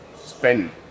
spend